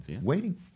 waiting